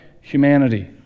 humanity